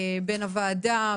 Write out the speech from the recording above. בין הוועדה,